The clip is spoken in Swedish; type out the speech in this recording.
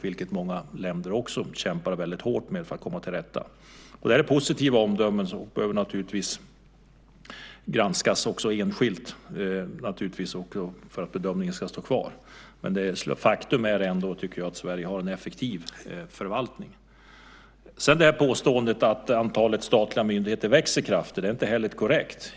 Det kämpar många länder väldigt hårt för att komma till rätta med. Det här är positiva omdömen. De behöver naturligtvis också granskas enskilt för att bedömningen ska kvarstå, men faktum är ändå, tycker jag, att Sverige har en effektiv förvaltning. Påståendet att antalet statliga myndigheter växer kraftigt är inte heller korrekt.